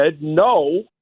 no